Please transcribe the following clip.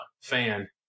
fan